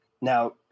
Now